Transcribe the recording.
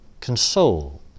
console